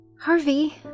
Harvey